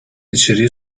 içeriği